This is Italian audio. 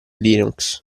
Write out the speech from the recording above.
linux